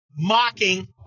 Mocking